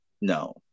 no